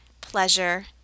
pleasure